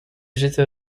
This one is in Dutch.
zitten